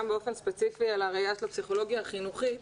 באופן ספציפי על ראיית הפסיכולוגיה החינוכית